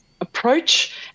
approach